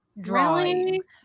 drawings